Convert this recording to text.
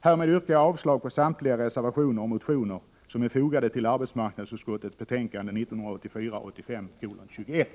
Härmed yrkar jag avslag på samtliga reservationer som är fogade till arbetsmarknadsutskottets betänkande 1984/85:21.